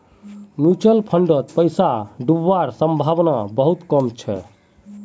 mutual फंडत पैसा डूबवार संभावना बहुत कम छ